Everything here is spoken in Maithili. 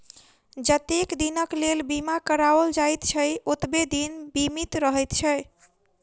जतेक दिनक लेल बीमा कराओल जाइत छै, ओतबे दिन बीमित रहैत छै